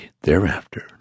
thereafter